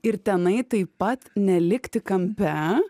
ir tenai taip pat nelikti kampe